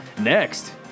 Next